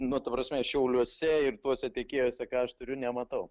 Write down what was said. nu ta prasme šiauliuose ir tuose tiekėjuose ką aš turiu nematau